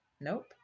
nope